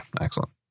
excellent